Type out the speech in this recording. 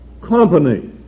company